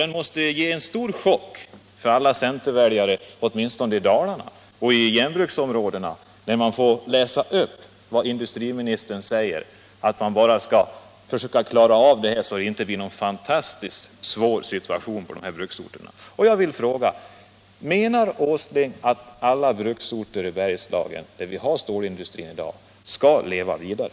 Det måste bli en stor chock för alla centerväljare, åtminstone i Dalarna och i övriga järnbruksområden, när de får läsa vad industriministern skriver, nämligen att man skall försöka klara av det här så att det inte blir någon fantastiskt svår situation på bruksorterna. Jag måste ställa frågan: Anser herr Åsling att alla bruksorter i Bergslagen där det i dag finns stålindustri skall leva vidare?